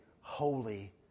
holy